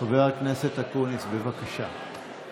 בבקשה להמשיך.